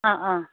অঁ অঁ